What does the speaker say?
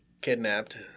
kidnapped